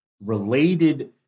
related